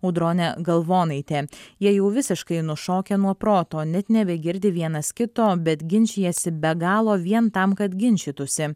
audronė galvonaitė jie jau visiškai nušokę nuo proto net nebegirdi vienas kito bet ginčijasi be galo vien tam kad ginčytųsi